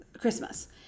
Christmas